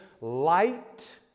light